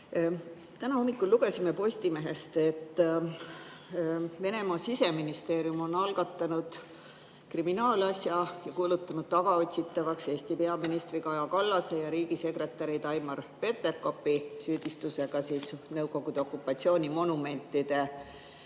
Täna hommikul lugesime Postimehest, et Venemaa siseministeerium on algatanud kriminaalasja ning kuulutanud tagaotsitavaks Eesti peaministri Kaja Kallase ja riigisekretäri Taimar Peterkopi süüdistusega nõukogude okupatsioonimonumentide